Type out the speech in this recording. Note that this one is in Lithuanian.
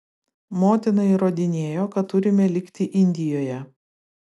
motina įrodinėjo kad turime likti indijoje